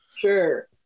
Sure